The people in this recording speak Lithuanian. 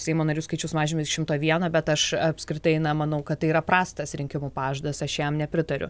seimo narių skaičiaus mažinimas šimto vieno bet aš apskritai na manau kad tai yra prastas rinkimų pažadas aš jam nepritariu